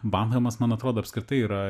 banhamas man atrodo apskritai yra